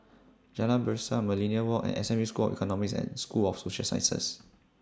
Jalan Berseh Millenia Walk and S M U School of Economics and School of Social Sciences